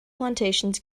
plantations